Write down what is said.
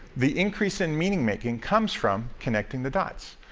the increase in meaning-making comes from connecting the dots.